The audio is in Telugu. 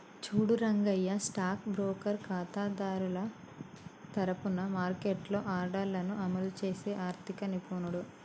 చూడు రంగయ్య స్టాక్ బ్రోకర్ ఖాతాదారుల తరఫున మార్కెట్లో ఆర్డర్లను అమలు చేసే ఆర్థిక నిపుణుడు